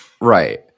right